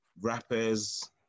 rappers